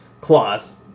claws